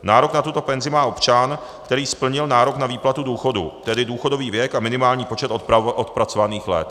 Nárok na tuto penzi má občan, který splnil nárok na výplatu důchodu, tedy důchodový věk a minimální počet odpracovaných let.